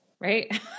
right